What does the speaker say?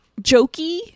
jokey